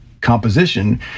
composition